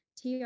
TR